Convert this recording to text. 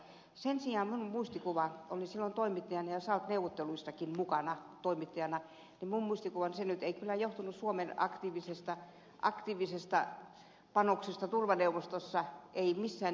sen sijaan minun muistikuvani silloin toimittajana ja salt neuvotteluissakin mukana olleena toimittajana oli se että se nyt ei kyllä johtunut suomen aktiivisesta panoksesta turvaneuvostossa ei missään nimessä